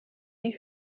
die